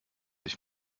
ich